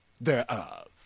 thereof